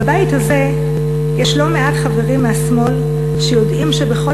בבית הזה יש לא מעט חברים מהשמאל שיודעים שבכל